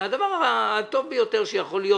הדבר הטוב ביותר שיכול להיות.